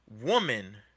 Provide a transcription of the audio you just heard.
woman